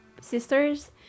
sisters